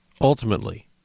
Ultimately